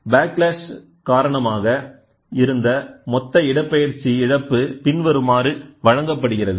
backlash காரணமாக இருந்த மொத்த இடப்பெயர்ச்சி இழப்பு பின்வருமாறு வழங்கப்படுகிறது